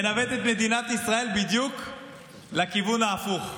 הוא מנווט את מדינת ישראל בדיוק לכיוון ההפוך,